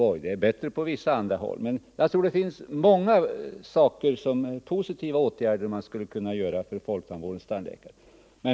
Det är visserligen bättre ställt på vissa andra håll, men jag tror det finns många positiva åtgärder som skulle kunna vidtas för att förbättra förhållandena för folktandvårdens tandläkare.